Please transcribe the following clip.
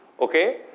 Okay